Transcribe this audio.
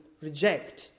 reject